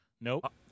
Nope